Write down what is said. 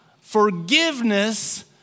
forgiveness